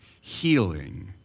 healing